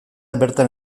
bertan